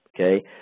Okay